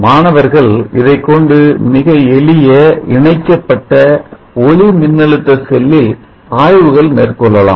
மாணவர்கள் இதைக்கொண்டு மிக எளிய இணைக்கப்பட்ட ஒளிமின்னழுத்த செல்லில் ஆய்வுகள் மேற்கொள்ளலாம்